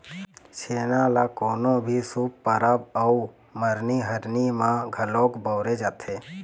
छेना ल कोनो भी शुभ परब अउ मरनी हरनी म घलोक बउरे जाथे